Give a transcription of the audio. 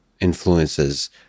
influences